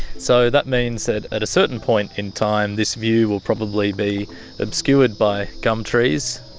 so that means that at a certain point in time this view will probably be obscured by gum trees?